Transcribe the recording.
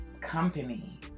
company